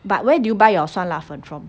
but where did you buy your 酸辣粉 from